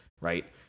right